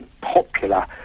popular